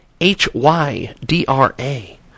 H-Y-D-R-A